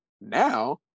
now